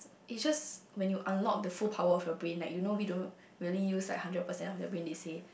is just when you unlock the full power of your brain like you know we don't really use like hundred percent of the brain they say